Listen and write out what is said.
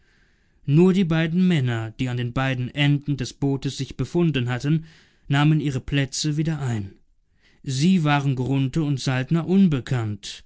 nur die beiden männer die an den beiden enden des bootes sich befunden hatten nahmen ihre plätze wieder ein sie waren grunthe und saltner unbekannt